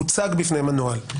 הוצג בפניהם הנוהל.